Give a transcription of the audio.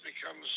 becomes